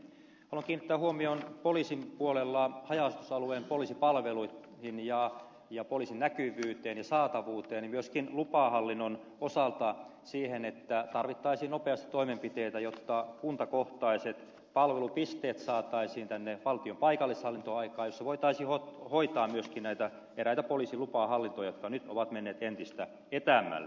haluan kiinnittää huomion poliisin puolella haja asutusalueen poliisipalveluihin ja poliisin näkyvyyteen ja saatavuuteen ja myöskin lupahallinnon osalta siihen että tarvittaisiin nopeasti toimenpiteitä jotta kuntakohtaiset palvelupisteet saataisiin tänne valtion paikallishallintoon ja niissä voitaisiin hoitaa myöskin näitä eräitä poliisin lupahallintoasioita joiden hoitaminen nyt on mennyt entistä etäämmälle